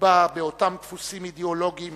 המגובה באותם דפוסים אידיאולוגיים